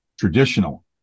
Traditional